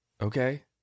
okay